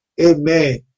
Amen